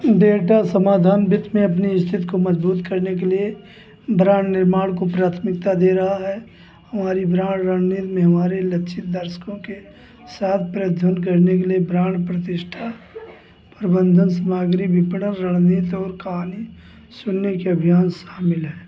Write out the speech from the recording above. data समाधान वित्त में अपनी स्थिति को मज़बूत करने के लिए ब्रांड निर्माण को प्राथमिकता दे रहा है हमारा ब्रांड रणनीति में हमारे लक्षित दर्शकों के साथ प्रतिध्वनि करने के लिए ब्रांड प्रतिष्ठा प्रबंधन सामग्री विपणन रणनीति और कहानी सुनने के अभियान शामिल है